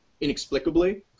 inexplicably